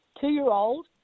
two-year-old